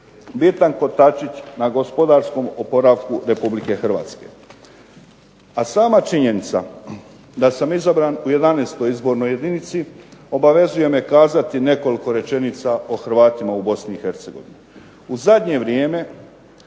bitan kotačić na gospodarskom oporavku Republike Hrvatske. A sama činjenica da sam izabran u 11. izbornoj jedinici obavezuje me kazati nekoliko rečenica o Hrvatima u Bosni i Hercegovini. U zadnje vrijeme